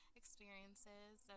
experiences